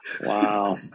Wow